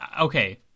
okay